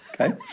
okay